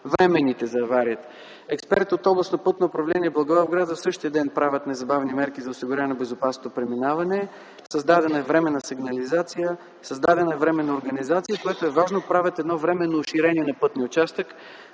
мерки за аварията. Експерти от Областно пътно управление – Благоевград, в същия ден правят незабавни мерки за осигуряване на безопасно преминаване. Създадена е временна сигнализация, създадена е временна организация, и което е важно – правят едно временно уширение на пътния участък,